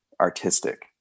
artistic